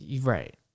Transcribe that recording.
Right